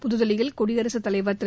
புதுதில்லியில் குடியரசுத் தலைவர் திரு